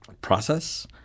process